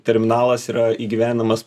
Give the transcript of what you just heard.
terminalas yra įgyvendinamas